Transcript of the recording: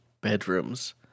bedrooms